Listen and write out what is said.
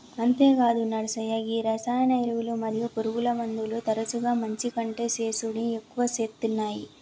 అంతేగాదు నర్సయ్య గీ రసాయన ఎరువులు మరియు పురుగుమందులు తరచుగా మంచి కంటే సేసుడి ఎక్కువ సేత్తునాయి